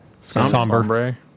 sombre